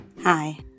Hi